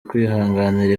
kwihanganira